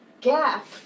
gap